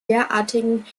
derartigen